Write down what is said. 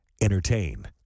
Entertain